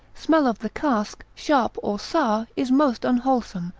smell of the cask, sharp, or sour, is most unwholesome,